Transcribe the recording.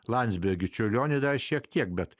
landsbergi čiurlionis šiek tiek bet